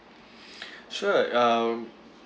sure um